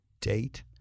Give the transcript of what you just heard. date